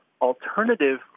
alternative